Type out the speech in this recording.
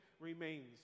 remains